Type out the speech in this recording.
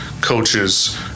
coaches